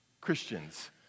Christians